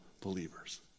believers